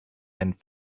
and